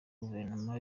guverinoma